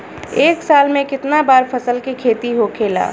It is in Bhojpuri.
एक साल में कितना बार फसल के खेती होखेला?